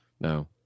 No